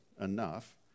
enough